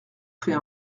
fait